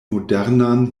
modernan